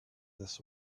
this